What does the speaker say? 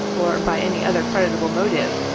or by any other creditable motive,